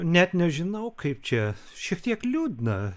net nežinau kaip čia šiek tiek liūdna